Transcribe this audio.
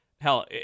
hell